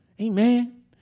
Amen